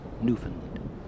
Newfoundland